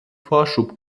vorschub